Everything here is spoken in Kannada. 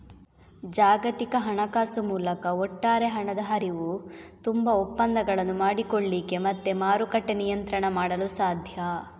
ಜಾಗತಿಕ ಹಣಕಾಸು ಮೂಲಕ ಒಟ್ಟಾರೆ ಹಣದ ಹರಿವು, ತುಂಬಾ ಒಪ್ಪಂದಗಳನ್ನು ಮಾಡಿಕೊಳ್ಳಿಕ್ಕೆ ಮತ್ತೆ ಮಾರುಕಟ್ಟೆ ನಿಯಂತ್ರಣ ಮಾಡಲು ಸಾಧ್ಯ